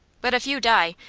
but, if you die,